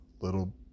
little